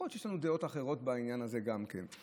יכול להיות שיש לנו דעות אחרות בעניין הזה גם כן,